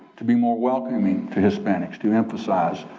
to be more welcoming to hispanics, to emphasize